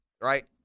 right